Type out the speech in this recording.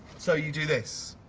so you do this.